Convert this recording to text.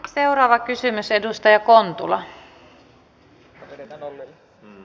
seuraava kysymys edustaja kontula